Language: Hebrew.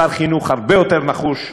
שר חינוך הרבה יותר נחוש,